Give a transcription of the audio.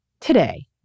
today